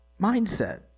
mindset